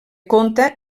compta